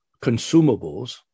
consumables